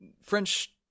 French